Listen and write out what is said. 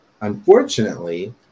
unfortunately